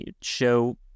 Show